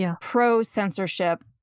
pro-censorship